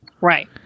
Right